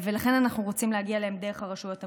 ולכן אנחנו רוצים להגיע אליהם דרך הרשויות המקומיות.